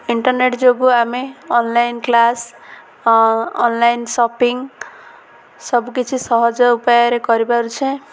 internet ଯୋଗୁଁ ଆମେ online class online shopping ସବୁକିଛି ସହଜ ଉପାୟରେ କରିପାରୁଛେ